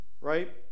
Right